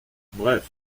bref